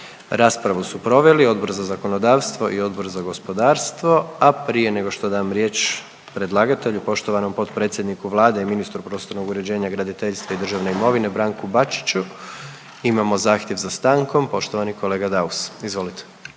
Raspravu su proveli Odbor za zakonodavstvo i Odbor za gospodarstvo, a prije nego što dam riječ predlagatelju poštovanom potpredsjedniku Vlade i ministru prostornog uređenja, graditeljstva i državne imovine Branku Bačiću, imamo zahtjev za stankom. Poštovani kolega Daus, izvolite.